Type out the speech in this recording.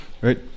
right